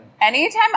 Anytime